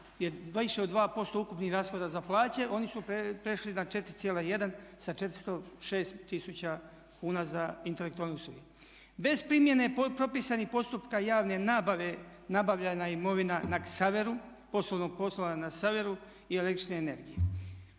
više od 2% ukupnih rashoda za plaće. Oni su prešli na 4,1 sa 406 tisuća kuna za intelektualne usluge. Bez primjene propisanih postupka javne nabave nabavljena je imovina na Ksaveru, poslovnog prostora na Ksaveru i električne energije.